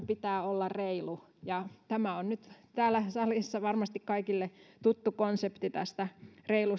pitää olla reilu tämä on nyt täällä salissa varmasti kaikille tuttu konsepti tämä reilu